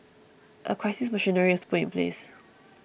a crisis machinery was put in place